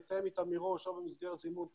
יתאם איתם מראש במסגרת זימון תורים,